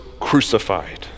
crucified